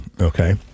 okay